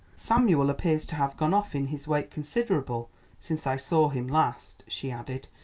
samuel appears to have gone off in his weight considerable since i saw him last, she added,